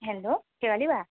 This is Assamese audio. হেল্ল' শেৱালী বা